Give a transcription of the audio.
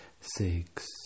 six